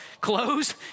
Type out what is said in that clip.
Clothes